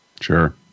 Sure